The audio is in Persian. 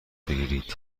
بگیرید